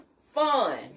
Fun